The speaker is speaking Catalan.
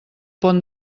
pont